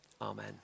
amen